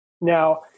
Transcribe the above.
Now